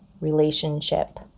relationship